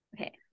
Okay